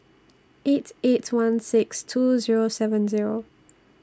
eight eight one six two Zero seven Zero